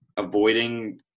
avoiding